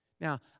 Now